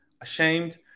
ashamed